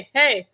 hey